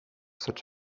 such